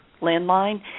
landline